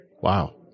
Wow